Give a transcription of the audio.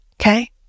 Okay